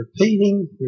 repeating